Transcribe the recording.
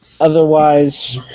otherwise